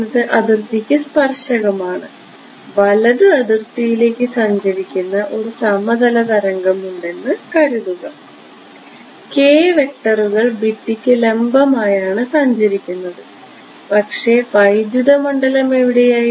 എന്നത് അതിർത്തിക്ക് സ്പർശകമാണ് വലതു അതിർത്തിയിലേക്ക് സഞ്ചരിക്കുന്ന ഒരു സമതല തരംഗം ഉണ്ടെന്ന് കരുതുക k വെക്ടറുകൾ ഭിത്തിക്ക് ലംബമായാണ് സഞ്ചരിക്കുന്നത് പക്ഷേ വൈദ്യുത മണ്ഡലം എവിടെയായിരുന്നു